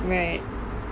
right